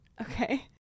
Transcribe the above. Okay